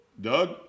Doug